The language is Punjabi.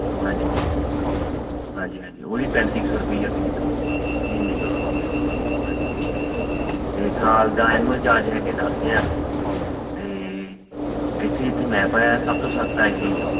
ਹਾਂਜੀ ਹਾਂਜੀ ਹਾਂਜੀ ਹਾਂਜੀ ਉਹਦੀ ਪੈਂਤੀ ਕੁ ਸੌ ਰੁਪਈਆ ਫੀਸ ਹੈ ਮਹੀਨੇ ਦੀ ਹਾਂਜੀ ਅਤੇ ਸਾਲ ਦਾ ਐਨੂਅਲ ਚਾਰਜ ਹੈਗੇ ਦਸ ਹਜ਼ਾਰ ਅਤੇ ਇੱਥੇ ਜਿੱਥੇ ਮੈਂ ਪਾਇਆ ਸਭ ਤੋਂ ਸਸਤਾ ਇਹ ਹੀ ਆ